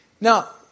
Now